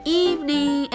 evening